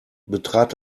betrat